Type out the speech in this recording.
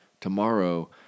tomorrow